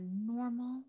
normal